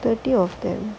thirty or ten